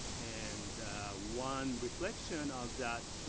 and one reflection of that,